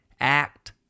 Act